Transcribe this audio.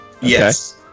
Yes